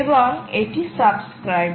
এবং এটি সাবস্ক্রাইব